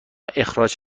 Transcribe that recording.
اخراج